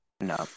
No